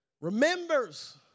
remembers